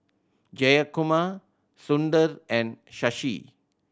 Jayakumar Sundar and Shashi